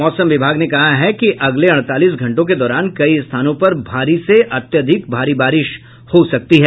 मौसम विभाग ने कहा है कि अगले अड़तालीस घंटों के दौरान कई स्थानों पर भारी से अत्यधिक भारी बारिश हो सकती है